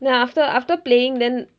ya after after playing then